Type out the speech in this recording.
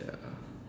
ya